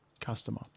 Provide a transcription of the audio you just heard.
customer